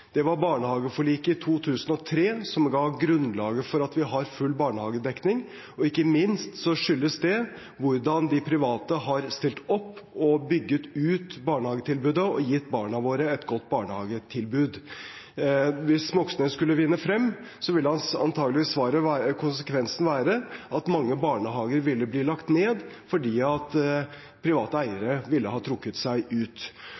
Det var barnehageforliket i 2003 som la grunnlaget for at vi har full barnehagedekning, og det skyldes ikke minst hvordan de private har stilt opp og bygget ut barnehagetilbudet og gitt barna våre et godt barnehagetilbud. Hvis representanten Moxnes skulle vinne frem, ville antakeligvis konsekvensen være at mange barnehager ville blitt lagt ned fordi private eiere ville ha trukket seg ut.